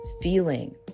feeling